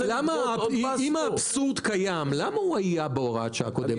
אם האבסורד קיים למה הוא היה בהוראת שעה קודמת?